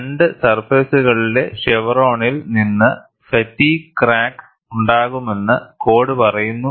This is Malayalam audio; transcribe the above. രണ്ട് സർഫേസുകളിലെ ഷെവ്റോണിൽ നിന്ന് ഫാറ്റീഗ് ക്രാക്ക് ഉ ണ്ടാകുമെന്ന് കോഡ് പറയുന്നു